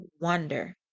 wonder